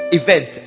event